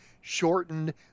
shortened